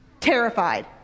Terrified